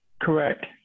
Correct